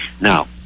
Now